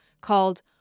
called